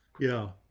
yeah.